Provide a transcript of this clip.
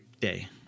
day